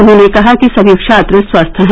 उन्होंने कहा कि सभी छात्र स्वस्थ हैं